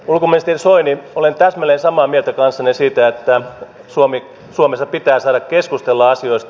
ulkoministeri soini olen täsmälleen samaa mieltä kanssanne siitä että suomessa pitää saada keskustella asioista